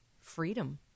freedom